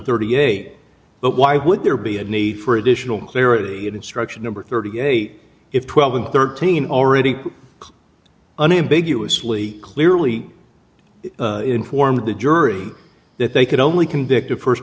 thirty eight but why would there be a need for additional clarity and instruction number thirty eight if twelve and thirteen already unambiguously clearly informed the jury that they could only convict of first